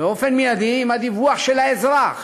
באופן מיידי, עם הדיווח של האזרח